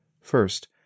first